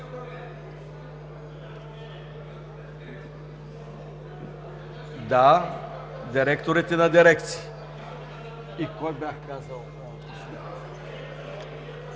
Да, директорите на дирекции и кои бях казал?